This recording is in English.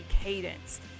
cadence